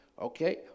Okay